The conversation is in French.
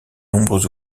nombreux